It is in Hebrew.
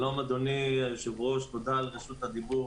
שלום, אדוני היושב-ראש, תודה עבור רשות הדיבור.